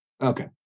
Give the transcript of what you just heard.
Okay